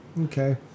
okay